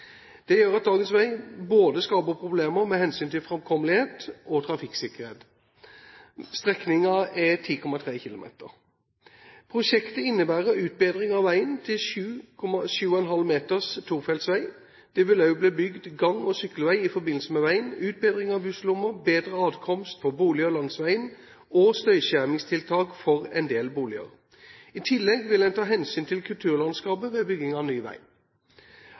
Det gjør at dagens vei skaper problemer med hensyn til framkommelighet og trafikksikkerhet. Strekningen er 10,3 km. Prosjektet innebærer utbedring av veien til 7,5 meters tofeltsvei. Det vil også bli bygd gang- og sykkelvei i forbindelse med veien, utbedring av busslommer, bedre adkomst for boliger langs veien og støyskjermingstiltak for en del boliger. I tillegg vil en ta hensyn til kulturlandskapet ved bygging av ny vei.